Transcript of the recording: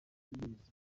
mbizi